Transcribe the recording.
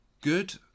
good